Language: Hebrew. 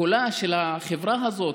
קולה של החברה הזאת,